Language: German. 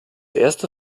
erste